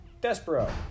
Despero